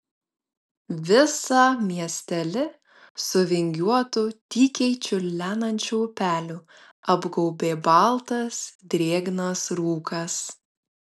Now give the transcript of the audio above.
visą miesteli su vingiuotu tykiai čiurlenančiu upeliu apgaubė baltas drėgnas rūkas